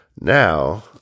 now